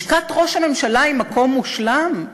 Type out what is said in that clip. לשכת ראש הממשלה היא מקום מושלם?